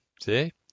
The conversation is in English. See